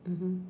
mmhmm